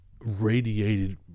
radiated